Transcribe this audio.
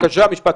בבקשה, משפט סיום.